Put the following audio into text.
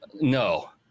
No